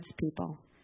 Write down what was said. people